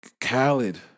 Khaled